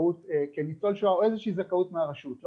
כניצול שואה, איזו שהיא זכאות מהרשות.